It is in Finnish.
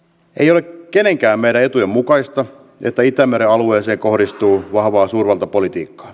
ei ole kenenkään meidän etujen mukaista että itämeren alueeseen kohdistuu vahvaa suurvaltapolitiikkaa